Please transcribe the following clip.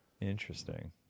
interesting